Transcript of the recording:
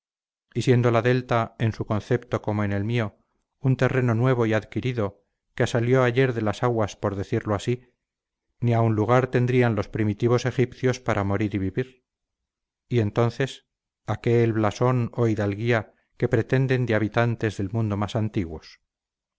siendo la delta en su concepto como en el mío un terreno nuevo y adquirido que salió ayer de las aguas por decirlo así ni aun lugar tendrían los primitivos egipcios para morir y vivir y entonces a qué el blasón o hidalguía que pretenden de habitantes del mundo más antiguos